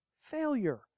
failure